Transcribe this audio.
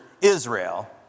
Israel